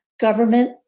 Government